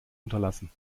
unterlassen